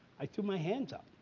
i threw my hands up.